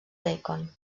bacon